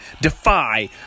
Defy